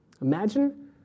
Imagine